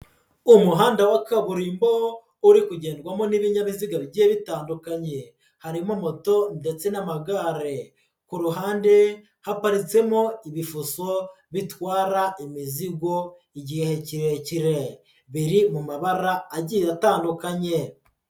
Umuhanda wa kaburimbo uri kugerwamo n'ibinyabiziga bigiye bitandukanye, harimo moto ndetse n'amagare, ku ruhande haparitsemo ibifuso bitwara imizigo igihe kirekire biri mu mabara agiye atandukanye.